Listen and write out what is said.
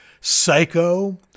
Psycho